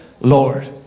Lord